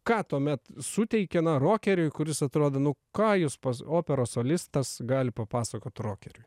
ką tuomet suteikia na rokeriui kuris atrodo nu ką jūs pas operos solistas gali papasakot rokeriui